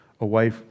away